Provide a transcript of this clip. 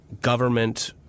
government